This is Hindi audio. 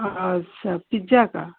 अच्छा पिज्जा का